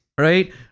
right